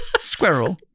Squirrel